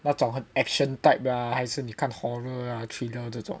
那种很 action type ah 还是你看 horror ah thriller 这种